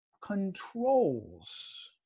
controls